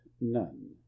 none